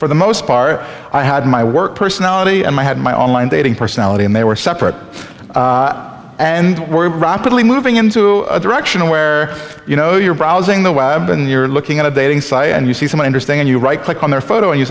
for the most part i had my work personality and i had my online dating personality and they were separate and were rapidly moving into a direction where you know you're browsing the web and you're looking at a dating site and you see some i understand you right click on their photo